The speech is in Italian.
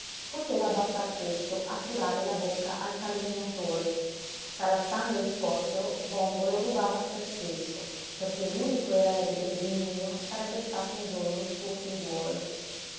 poteva bastar questo a turare la bocca ai calunniatori salassando il suocero bòmbolo rubava a se stesso perché l'unico erede dei dimìno sarebbe stato un giorno il suo figliuolo